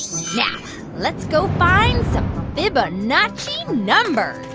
yeah let's go find some fibonacci numbers